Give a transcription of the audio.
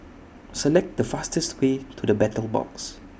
Select The fastest Way to The Battle Box